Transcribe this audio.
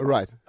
Right